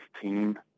team